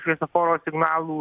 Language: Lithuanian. šviesoforo signalų